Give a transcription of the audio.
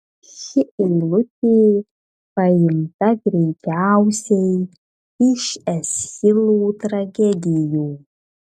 ši eilutė paimta greičiausiai iš eschilo tragedijų